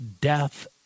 death